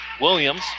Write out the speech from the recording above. Williams